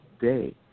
day